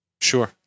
Sure